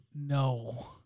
No